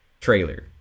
trailer